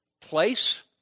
place